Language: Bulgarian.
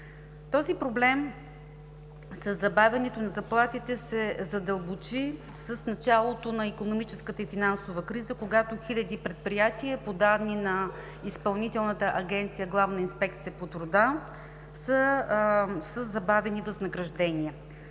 Този проблем със забавянето на заплатите се задълбочи с началото на икономическа и финансова криза, когато хиляди предприятия, по данни на Изпълнителната агенция „Главна инспекция по труда“, са със забавени възнаграждения.